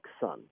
son